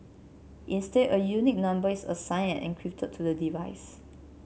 instead a unique number is assigned and encrypted to the device